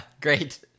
Great